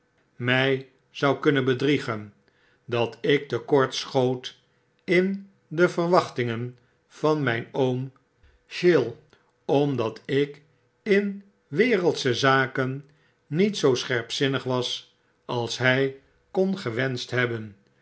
mij zou kunnen bedriegen dat ik te kort schoot in de verwachtingen van mjjn oom chill omdat ik in wereldsche zaken niet zoo scherpzinnig was als hjj kon gewenscht hebben